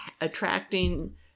attracting